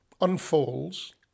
unfolds